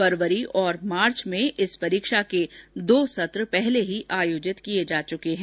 फरवरी और मार्च में इस परीक्षा के दो सत्र पहले ही आयोजित किए जा चुके हैं